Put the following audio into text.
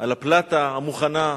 על הפלטה המוכנה,